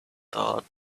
thought